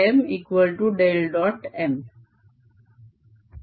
M